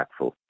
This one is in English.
impactful